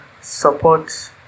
support